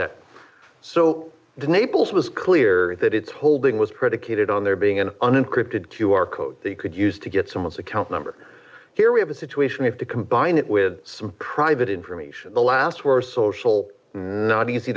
that so the naples was clear that its holding was predicated on there being an unencrypted to our code they could use to get someone's account number here we have a situation if to combine it with some private information the last were social not easy